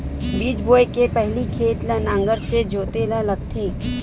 बीज बोय के पहिली खेत ल नांगर से जोतेल लगथे?